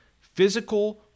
Physical